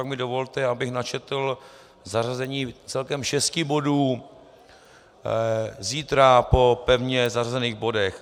Tak mi dovolte, abych načetl zařazení celkem šesti bodů zítra po pevně zařazených bodech.